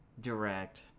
direct